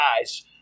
guys